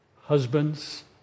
husbands